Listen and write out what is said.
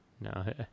No